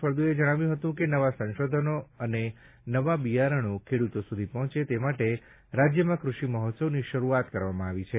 ફળદુએ જણાવ્યું હતું કે નવા સંશોધનો અને નવા બિયારણો ખેડૂતો સુધી પહોંચે તે માટે રાજ્યમાં કૃષિ મહોત્સવની શરૂઆત કરવામાં આવી છે